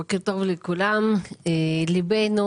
בוקר טוב לכולם, ליבנו